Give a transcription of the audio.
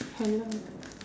hello